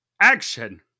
action